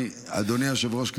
אדוני היושב ראש,